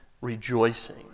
rejoicing